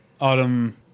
Autumn